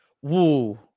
whoa